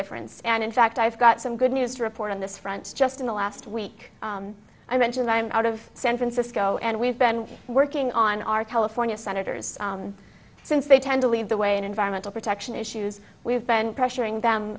difference and in fact i've got some good news to report on this front just in the last week i mentioned i'm out of san francisco and we've been working on our california senators since they tend to lead the way in environmental protection issues we've been pressuring